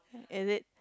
is it